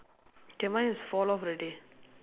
K mine is fall off already